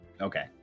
okay